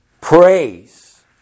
praise